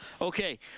okay